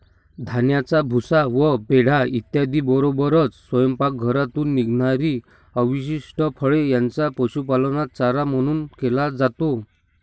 धान्याचा भुसा व पेंढा इत्यादींबरोबरच स्वयंपाकघरातून निघणारी अवशिष्ट फळे यांचा पशुपालनात चारा म्हणून केला जातो